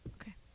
Okay